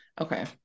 Okay